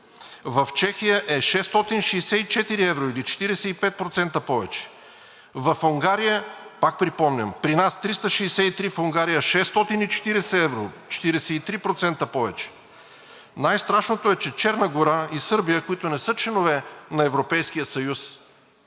в Чехия е 664 евро, или 45% повече, пак припомням – при нас е 363, в Унгария – 640 евро, 43% повече! Най-страшното е, че Черна гора и Сърбия, които не са членове на Европейския съюз,